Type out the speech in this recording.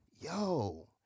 yo